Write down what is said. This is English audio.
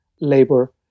labor